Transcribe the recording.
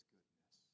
goodness